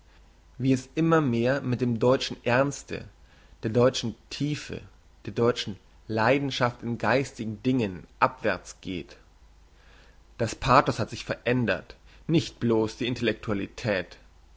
wie es immer mehr mit dem deutschen ernste der deutschen tiefe der deutschen leidenschaft in geistigen dingen abwärts geht das pathos hat sich verändert nicht bloss die